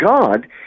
God